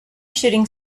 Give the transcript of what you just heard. shooting